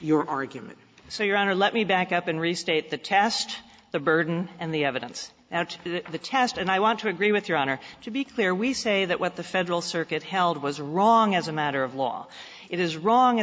your argument so your honor let me back up and restate the tast the burden and the evidence about the test and i want to agree with your honor to be clear we say that what the federal circuit held was wrong as a matter of law it is wrong as a